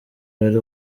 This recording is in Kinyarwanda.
hari